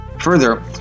Further